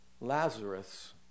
Lazarus